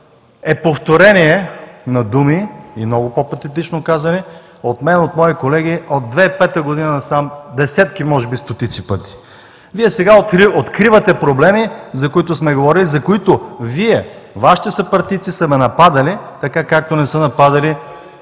е повторение на думи, и много по-патетично казани от мен и от мои колеги от 2005 г. насам, десетки, може би стотици пъти. Вие сега откривате проблеми, за които сме говорили, за които Вие, Вашите съпартийци са ме нападали, така както не са нападали,